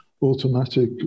automatic